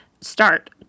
start